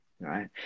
Right